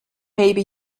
maybe